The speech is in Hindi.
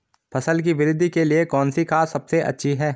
फसल की वृद्धि के लिए कौनसी खाद सबसे अच्छी है?